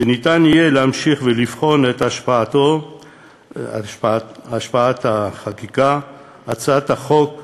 וניתן יהיה להמשיך ולבחון את השפעת הצעת החוק על מימוש